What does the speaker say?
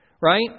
right